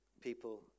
people